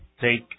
take